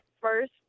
first